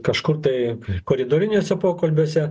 kažkur tai koridoriniuose pokalbiuose